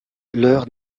l’heure